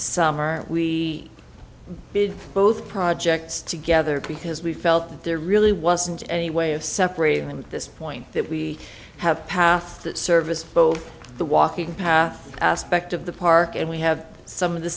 did both projects together because we felt that there really wasn't any way of separating them at this point that we have paths that service both the walking path aspect of the park and we have some of the